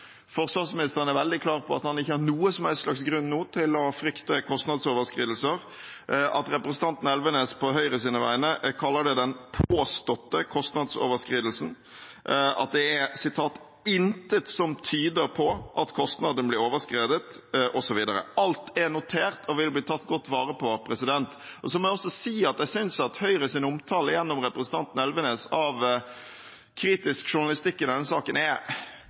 forsvarsministeren er veldig klar på at han nå ikke har noen som helst grunn til å frykte kostnadsoverskridelser, og at representanten Elvenes på Høyres vegne kaller det «den påståtte kostnadsoverskridelsen» og sier at det er «intet som tyder på» at kostnadene blir overskredet, osv. Alt er notert og vil bli tatt godt vare på. Jeg må også si at jeg synes Høyres omtale, gjennom representanten Elvenes, av kritisk journalistikk i denne saken i hvert fall er